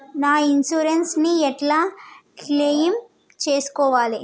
నా ఇన్సూరెన్స్ ని ఎట్ల క్లెయిమ్ చేస్కోవాలి?